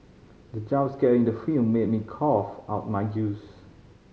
the jump scare in the film made me cough out my juice